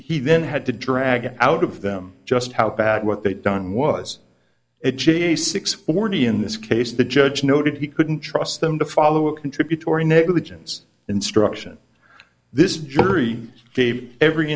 then had to drag out of them just how bad what they'd done was a j a six forty in this case the judge noted he couldn't trust them to follow a contributory negligence instruction this jury gave every